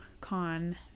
Con